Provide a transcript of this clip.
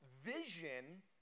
vision